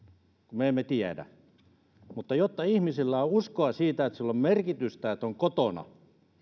kun me emme tiedä mutta jotta ihmisillä on uskoa siihen että sillä on merkitystä että on kotona